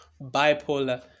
bipolar